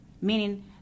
meaning